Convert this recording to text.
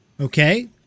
Okay